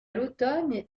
l’automne